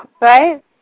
right